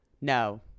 No